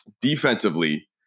defensively